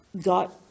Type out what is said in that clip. got